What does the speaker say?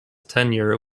tenure